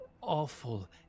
awful